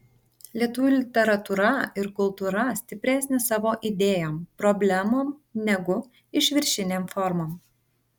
lietuvių literatūra ir kultūra stipresnė savo idėjom problemom negu išviršinėm formom